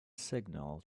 signal